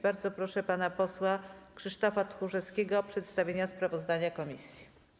Bardzo proszę pana posła Krzysztofa Tchórzewskiego o przedstawienie sprawozdania komisji.